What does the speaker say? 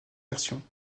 version